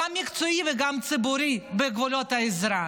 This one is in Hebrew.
גם מקצועי וגם ציבורי, בגבולות העזרה.